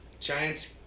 Giants